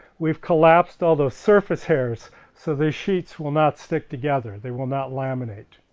we've collapsed all those surface hairs so these sheets will not stick together. they will not laminate.